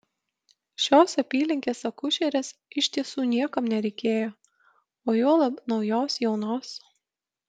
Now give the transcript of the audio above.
šios apylinkės akušerės iš tiesų niekam nereikėjo o juolab naujos jaunos